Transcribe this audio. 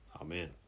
Amen